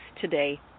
today